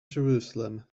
jerusalem